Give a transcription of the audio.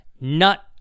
Nut